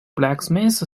blacksmith